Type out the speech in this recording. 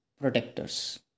protectors